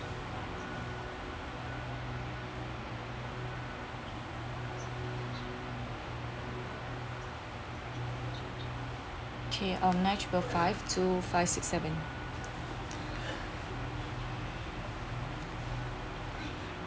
okay um nine triple five two five six seven